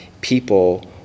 people